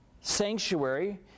sanctuary